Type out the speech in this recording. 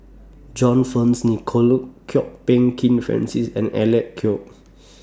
John Fearns Nicoll Kwok Peng Kin Francis and Alec Kuok